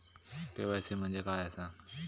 KYC म्हणजे काय आसा?